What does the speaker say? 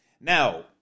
now